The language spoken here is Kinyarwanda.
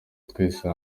twese